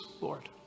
Lord